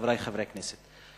חברי חברי הכנסת,